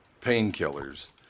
painkillers